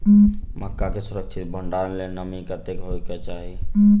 मक्का केँ सुरक्षित भण्डारण लेल नमी कतेक होइ कऽ चाहि?